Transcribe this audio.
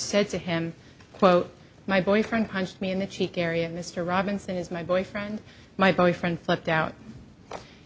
said to him quote my boyfriend punched me in the cheek area mr robinson is my boyfriend my boyfriend flipped out